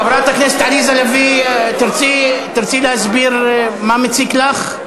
חברת הכנסת עליזה לביא, תרצי להסביר מה מציק לך?